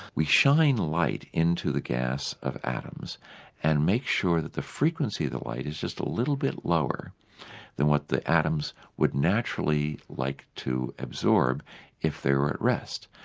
we shine light into the gas of atoms and make sure that the frequency of the light is just a little bit lower than what the atoms would naturally like to absorb if they were at rest.